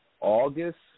August